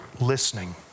listening